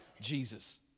Jesus